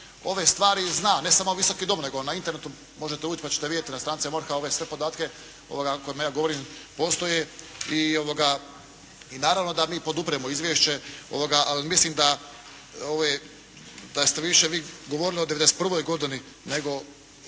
ove stvari zna. Ne samo Visoki dom, nego na internetu možete ući, pa ćete vidjeti na stranicama MORH-a ove sve podatke o kojima ja govorim postoje i naravno da mi podupiremo izvješće, ali mislim da ste više vi govorili od '91. godini nego o 2007.